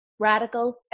Radical